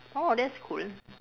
oh that's cool